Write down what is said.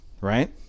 right